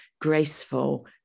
graceful